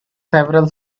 several